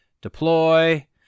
deploy